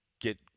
Get